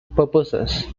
purposes